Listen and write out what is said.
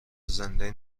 زنده